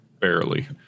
barely